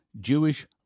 Jewish